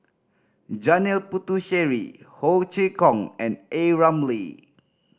Janil Puthucheary Ho Chee Kong and A Ramli